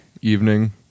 evening